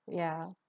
ya